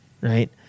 right